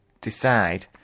decide